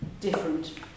different